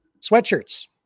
sweatshirts